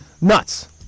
Nuts